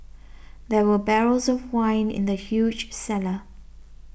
there were barrels of wine in the huge cellar